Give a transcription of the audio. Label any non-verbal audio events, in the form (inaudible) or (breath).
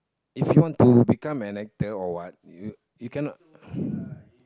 if you want to become an actor or what you you cannot (breath)